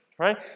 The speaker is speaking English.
right